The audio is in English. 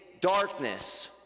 darkness